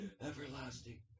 everlasting